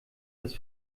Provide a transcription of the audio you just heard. dass